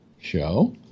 show